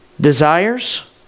desires